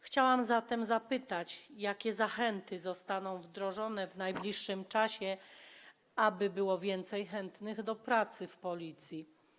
Chciałam zatem zapytać: Jakie zachęty zostaną wdrożone w najbliższym czasie, aby było więcej chętnych do pracy w Policji?